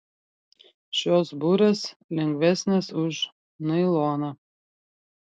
šios burės lengvesnės už nailoną